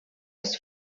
есть